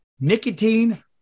nicotine